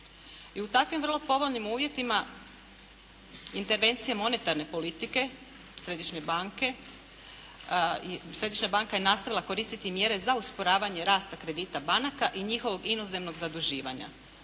I u takvim vrlo povoljnim uvjetima intervencije monetarne politike središnje banke središnja banka je nastavila koristiti mjere za usporavanje rasta kredita banaka i njihovog inozemnog zaduživanja.